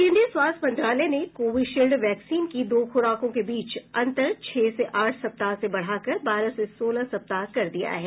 केन्द्रीय स्वास्थ्य मंत्रालय ने कोविशील्ड वैक्सीन की दो खूराकों के बीच अंतर छह से आठ सप्ताह से बढ़ाकर बारह से सोलह सप्ताह कर दिया गया है